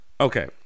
Okay